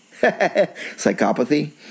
psychopathy